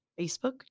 Facebook